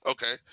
Okay